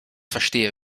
verstehe